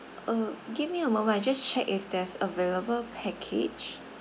uh give me a moment I just check if there's available package